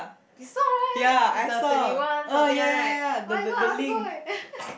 you saw right it's the twenty one something one right oh-my-god I want to go eh